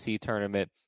tournament